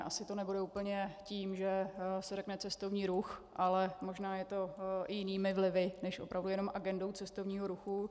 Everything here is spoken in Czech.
Asi to nebude úplně tím, že se řekne cestovní ruch, ale možná je to i jinými vlivy než opravdu jenom agendou cestovního ruchu.